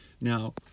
Now